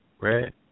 Red